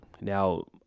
Now